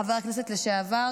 חבר הכנסת לשעבר,